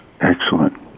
Excellent